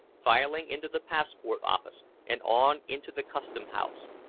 filing into the passport-office and on into the custom house,